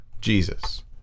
Jesus